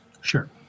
Sure